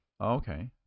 okay